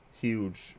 huge